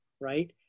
right